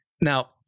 Now